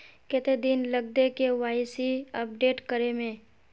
कते दिन लगते के.वाई.सी अपडेट करे में?